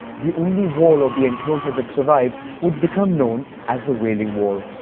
the only wall of the enclosure that survived would become known as the wailing wall.